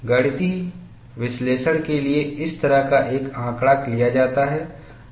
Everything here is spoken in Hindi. गणितीय विश्लेषण के लिए इस तरह का एक आंकड़ा लिया जाता है